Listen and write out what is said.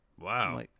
Wow